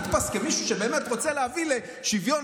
נתפס כמישהו שבאמת רוצה להביא לשוויון